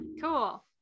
Cool